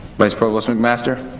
vice provost mcmaster?